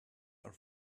are